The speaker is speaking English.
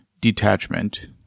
detachment